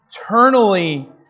Eternally